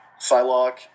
Psylocke